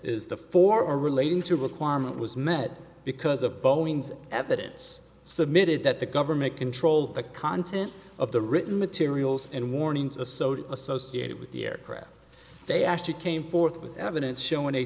is the for relating to requirement was met because of boeing's evidence submitted that the government controlled the content of the written materials and warnings a soda associated with the aircraft they actually came forth with evidence showing a